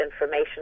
information